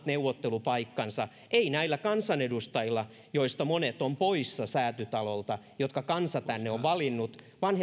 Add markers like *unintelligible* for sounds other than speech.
*unintelligible* neuvottelupaikkansa ei näillä kansanedustajilla joista monet ovat poissa säätytalolta ja jotka kansa tänne on valinnut vaan *unintelligible*